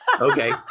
Okay